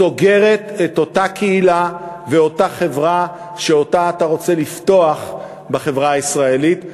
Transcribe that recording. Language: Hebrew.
סוגרת את אותה קהילה ואותה חברה שאותה אתה רוצה לפתוח בחברה הישראלית,